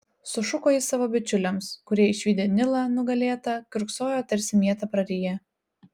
sušuko jis savo bičiuliams kurie išvydę nilą nugalėtą kiurksojo tarsi mietą prariję